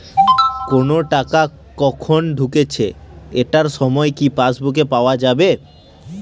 কোনো টাকা কখন ঢুকেছে এটার সময় কি পাসবুকে পাওয়া যাবে?